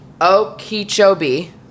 Okeechobee